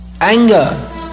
anger